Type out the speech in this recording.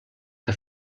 que